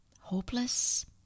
hopeless